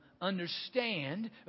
understand